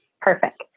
perfect